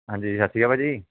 ਹਾਂਜੀ ਸਤਿ ਸ਼੍ਰੀ ਅਕਾਲ ਭਾਅ ਜੀ